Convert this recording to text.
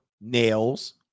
nails